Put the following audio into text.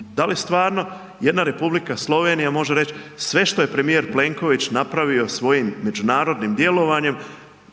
Da li stvarno jedna Republika Slovenija može reći, sve što je premijer Plenković napravio svojim međunarodnim djelovanjem,